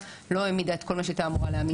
לא העמידה את כל מה שהיא הייתה אמורה להעמיד.